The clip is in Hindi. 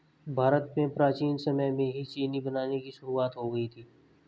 भारत में प्राचीन समय में ही चीनी बनाने की शुरुआत हो गयी थी